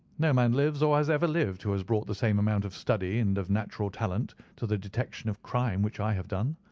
no man lives or has ever lived who has brought the same amount of study and of natural talent to the detection of crime which i have done.